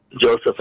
Joseph